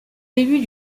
début